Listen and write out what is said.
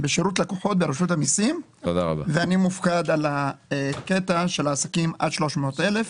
לקוחות ברשות המסים ואני מופקד על הקטע של העסקים עד 300 אלף,